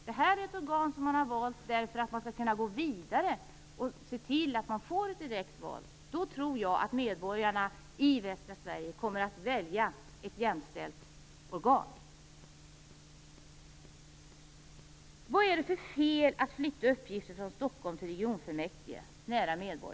Det här är ett organ som man har bildat för att kunna gå vidare och se till att det blir ett direkt val. Då tror jag att medborgarna i västra Sverige kommer att välja ett jämställt organ. Vad är det för fel med att flytta uppgifter från Stockholm till regionfullmäktige?